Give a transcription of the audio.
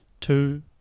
two